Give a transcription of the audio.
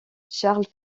charles